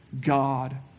God